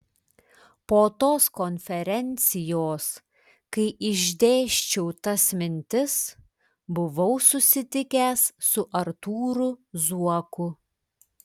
po tos konferencijos kai išdėsčiau tas mintis buvau susitikęs su artūru zuoku